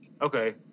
Okay